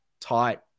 tight